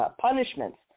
punishments